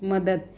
मदद